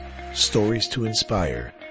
StoriestoInspire